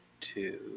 two